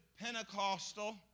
Pentecostal